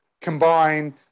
combine